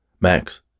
Max